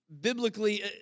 biblically